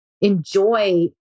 enjoy